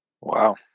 wow